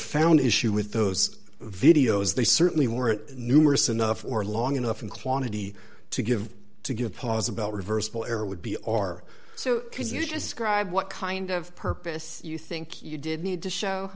found issue with those videos they certainly weren't numerous enough or long enough in quantity to give to give pause about reversible error would be or so could you describe what kind of purpose you think you did need to show